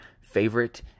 favorite